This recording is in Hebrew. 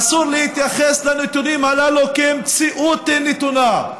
אסור להתייחס לנתונים הללו כאל מציאות נתונה,